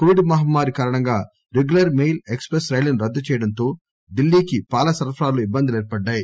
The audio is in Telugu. కోవిడ్ మహమ్మారి కారణంగారెగ్యులర్ మెయిల్ ఎక్స్ప్రెస్ రైళ్లను రద్దు చేయడంతో ఢిల్లీకి పాల సరఫరాలో ఇబ్బందులు ఏర్పడ్డాయి